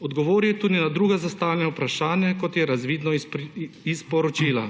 Odgovoril je tudi na druga zastavljena vprašanja kot je razvidno iz poročila.